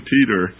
Peter